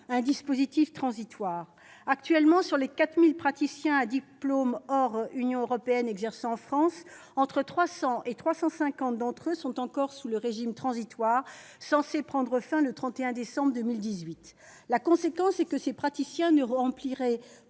un dispositif transitoire. Actuellement, sur les 4 000 praticiens à diplôme hors Union européenne exerçant en France, 300 à 350 praticiens se trouvent encore sous le régime transitoire, censé prendre fin le 31 décembre 2018. En conséquence, à cette date, ces derniers ne rempliront